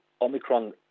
Omicron